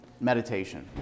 Meditation